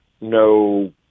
no